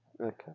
Okay